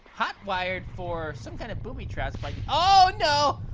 hot wired for some kind of booby traps by. oh, no!